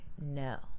no